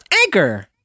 Anchor